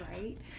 right